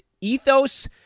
Ethos